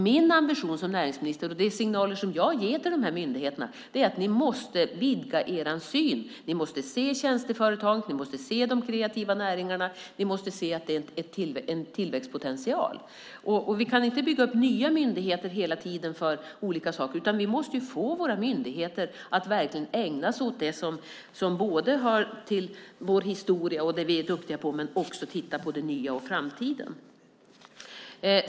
Min ambition som näringsminister innebär att de signaler som jag ger till de här myndigheterna är att de måste vidga sin syn: Ni måste se tjänsteföretag, ni måste se de kreativa näringarna och ni måste se att de är en tillväxtpotential! Vi kan inte bygga upp nya myndigheter hela tiden för olika saker, utan vi måste få våra myndigheter att verkligen ägna sig åt det som både hör till vår historia och det vi är duktiga på och att titta på det nya och framtiden.